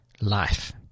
life